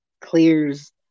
clears